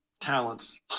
talents